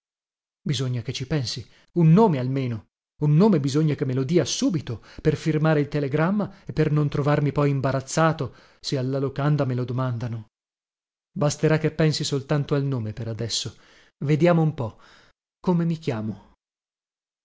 bisogna che ci pensi un nome almeno un nome bisogna che me lo dia subito per firmare il telegramma e per non trovarmi poi imbarazzato se alla locanda me lo domandano basterà che pensi soltanto al nome per adesso vediamo un po come mi chiamo